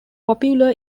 popular